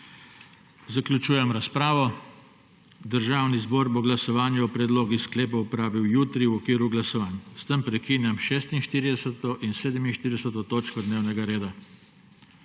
Zaključujem razpravo. Državni zbor bo glasovanje o predlogih sklepov opravil jutri v okviru glasovanj. S tem prekinjam 46. in 47. točko dnevnega reda.